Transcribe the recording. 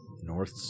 North